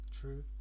True